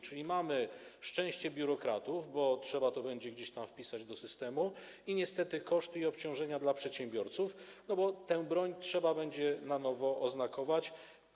Czyli mamy szczęście biurokratów, bo trzeba to będzie gdzieś tam wpisać do systemu, i niestety koszty i obciążenia dla przedsiębiorców, bo tę broń trzeba będzie na nowo oznakować.